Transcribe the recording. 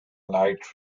light